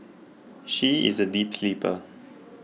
she is a deep sleeper